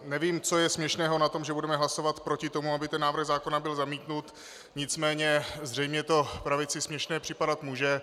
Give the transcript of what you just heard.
Nevím, co je směšného na tom, že budeme hlasovat proti tomu, aby ten návrh zákona byl zamítnut, nicméně zřejmě to pravici směšné připadat může.